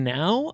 now